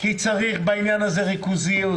צריך בעניין הזה ריכוזיות